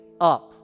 up